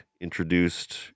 introduced